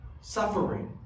Suffering